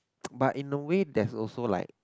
but in the way there's also like